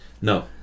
No